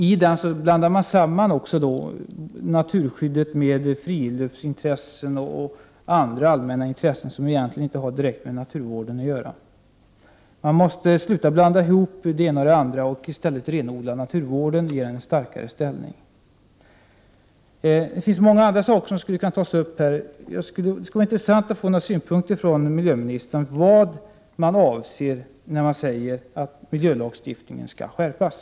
I den sammanblandas naturskyddet med friluftsintresset och andra allmänna intressen som egentligen inte har direkt med naturvården att göra. Man måste sluta blanda ihop det ena och det andra och i stället renodla naturvården och ge den en starkare ställning. Det finns många andra saker som det skulle vara intressant att ta upp, men först skulle jag vilja få några synpunkter från miljöministern om vad man avser när man säger att miljölagstiftningen skall skärpas.